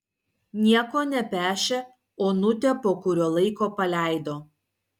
nieko nepešę onutę po kurio laiko paleido